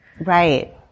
Right